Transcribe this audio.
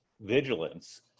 vigilance